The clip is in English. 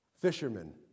fishermen